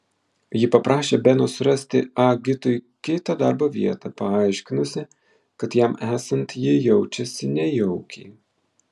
ji paprašė beno surasti ah gitui kitą darbo vietą paaiškinusi kad jam esant ji jaučiasi nejaukiai